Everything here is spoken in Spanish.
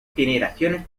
generaciones